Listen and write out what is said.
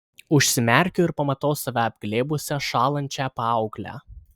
užsimerkiu ir pamatau save apglėbusią šąlančią paauglę